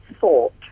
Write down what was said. thought